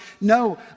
No